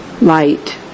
Light